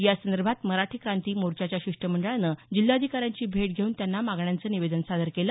यासंदर्भात मराठा क्रांती मोर्चाच्या शिष्टमंडळानं जिल्हाधिकाऱ्यांची भेट घेऊन त्यांना मागण्यांचं निवेदन सादर केलं